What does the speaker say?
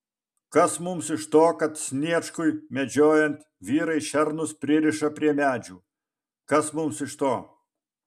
kas mums iš to kad sniečkui medžiojant vyrai šernus pririša prie medžių kas mums iš to